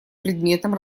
предметам